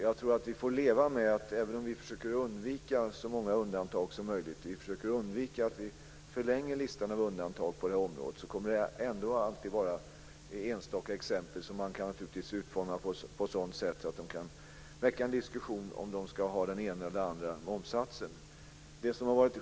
Jag tror att det, även om vi försöker undvika att förlänga listan över undantag, ändå alltid kommer att finnas enstaka exempel som kan utformas på sådant sätt att det kan väckas en diskussion vilken momssats som ska tillämpas.